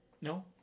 No